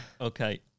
Okay